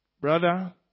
Brother